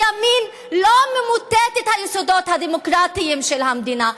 הימין לא ממוטט את היסודות הדמוקרטיים של המדינה.